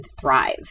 thrive